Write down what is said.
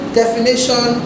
definition